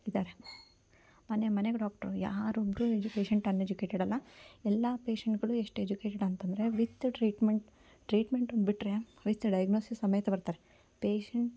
ಇದ್ದಾರೆ ಮನೆ ಮನೆಗೂ ಡಾಕ್ಟ್ರು ಯಾರೂ ಒಬ್ಬರು ಪೇಶೆಂಟ್ ಅನ್ಎಜುಕೇಟೆಡ್ ಅಲ್ಲ ಎಲ್ಲ ಪೇಶೆಂಟ್ಗಳು ಎಷ್ಟು ಎಜುಕೇಟೆಡ್ ಅಂತಂದರೆ ವಿತ್ ಟ್ರೀಟ್ಮೆಂಟ್ ಟ್ರೀಟ್ಮೆಂಟನ್ನು ಬಿಟ್ಟರೆ ವಿತ್ ಡೈಗ್ನೋಸಿಸ್ ಸಮೇತ ಬರ್ತಾರೆ ಪೇಶೆಂಟ್